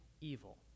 evil